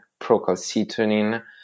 procalcitonin